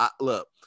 Look